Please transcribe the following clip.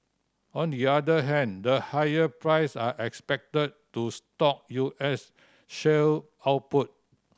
on the other hand the higher price are expected to stoke U S shale output